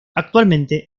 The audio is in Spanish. actualmente